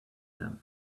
them